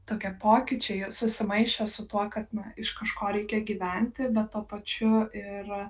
tokie pokyčiai susimaišė su tuo kad na iš kažko reikia gyventi bet tuo pačiu ir